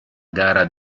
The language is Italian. gara